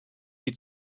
die